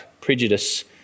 prejudice